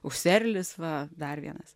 userlis va dar vienas